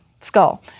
skull